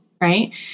right